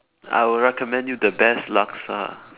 I will recommend you the best laksa